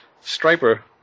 Striper